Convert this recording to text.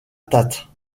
tate